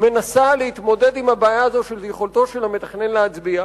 מנסה להתמודד עם הבעיה הזאת של יכולתו של המתכנן להצביע?